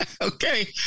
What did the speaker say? okay